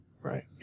right